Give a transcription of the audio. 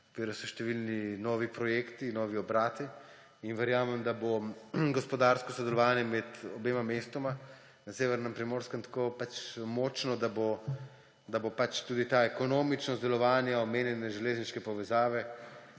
ker so številni projekti, novi obrati in verjamem, da bo gospodarsko sodelovanje med obema mestoma na severnem Primorskem tako pač močno, da bo tudi ta ekonomičnost delovanja omenjene železniške povezave